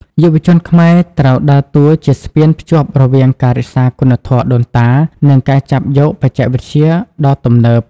យុវជនខ្មែរត្រូវដើរតួជាស្ពានភ្ជាប់រវាងការរក្សាគុណធម៌ដូនតា និងការចាប់យកបច្ចេកវិទ្យាដ៏ទំនើប។